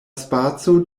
spaco